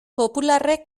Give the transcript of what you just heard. popularrek